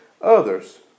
others